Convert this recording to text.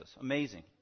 Amazing